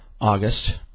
August